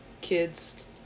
kids